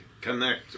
connect